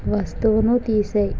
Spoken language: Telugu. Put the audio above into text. వస్తువును తీసేయి